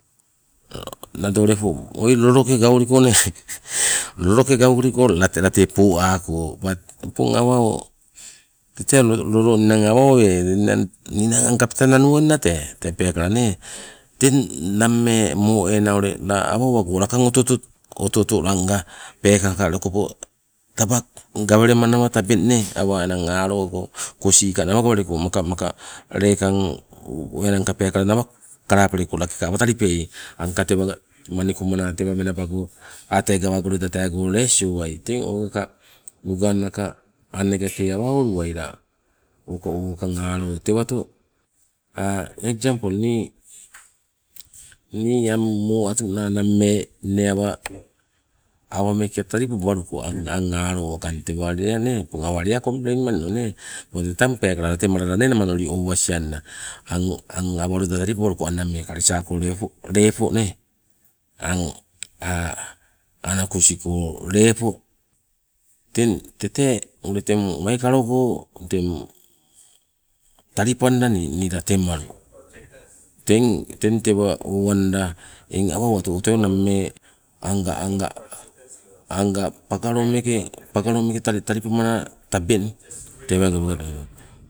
Nado lepo oi loloke gauliko nee, loloke gauliko late po ako, bat opong awa tete lolo ninang awa oweai ninang asing ang kapta nanungna tee peekala nee, teng nammee, mo- ena ule la ule awa owago lakang oto oto, oto oto langa peekala okopo taba gawelemanawa tabeng awa enang alo go awa kosi ka nawa gaweleka make lakang, enangka peekala nawa kalapeleko, lakeka awa talipeai awa angka manikumana tewa menabago lesioai, ang tee gawago lesioai, nugannaka annega ke awa oluai o waking alo tewato. eksampol, nii ang moatuna nammee inne awa, awa meeke talipabaluko ang wakang alo tewa lea nee, opong awa lea komplein malino nee, tee tang peekala late malala lamanoli owasienna ang, ang awa loida talipabaluko ang nammee kalesako loida lepo, ang anasukuko lepo, teng tete ule teng waikalogo teng talipanda nii latemalu. Teng tewa owanda eng awa owatu o tee o nammee ang ga pagalo meeke talipamana tebang